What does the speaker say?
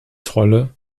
trolle